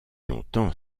longtemps